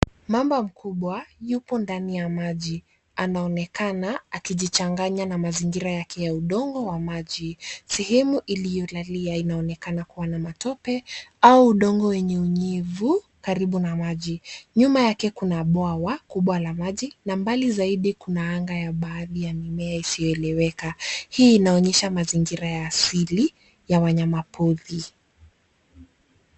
Mamba mkubwa yupo ndani ya maji, anaonekana akijichanganya na mazingira yake ya udongo wamaji. Sehemu iliyolalia ianaonekana kuwa na matope au udongo wenye unyevu karibu na maji. Nyuma yake kuna bwawa kubwa la maji na mbali zaidi kuna anga ya baadhi ya mimea isiyoeleweka hii inaonyesha mazingira asili ya wanyama pori.